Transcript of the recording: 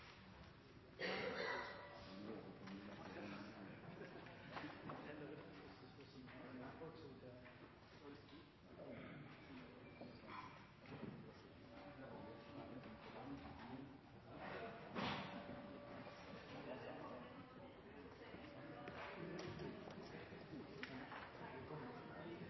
debatt som for så